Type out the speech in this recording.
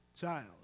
child